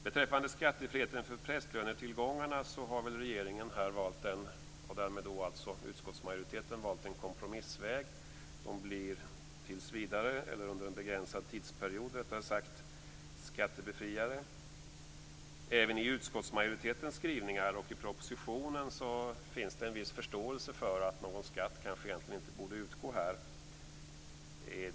Beträffande skattefriheten för prästlönetillgångarna har regeringen och därmed också utskottsmajoriteten väl valt en kompromissväg. Dessa tillgångar blir under en begränsad tidsperiod skattebefriade. Även utskottsmajoritetens skrivningar och propositionen andas en viss förståelse för att det här kanske egentligen inte borde utgå någon skatt.